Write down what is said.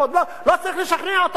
לא צריכים לשכנע אותנו.